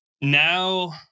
Now